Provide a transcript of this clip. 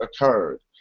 occurred